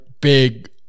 big